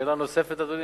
שאלה נוספת, אדוני?